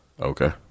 Okay